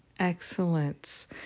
Excellence